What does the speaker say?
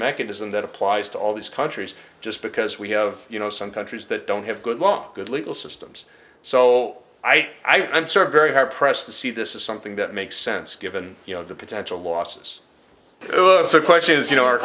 mechanism that applies to all these countries just because we have you know some countries that don't have good luck good legal systems so i think i'm sort of very hard pressed to see this is something that makes sense given you know the potential losses so the question is you know